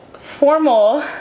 formal